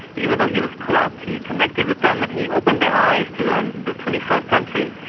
even though he was corrupt, he connected with them and he opened their eyes to and the twenty first century.